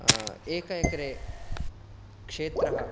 एक एकरे क्षेत्रं